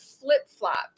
flip-flopped